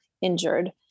injured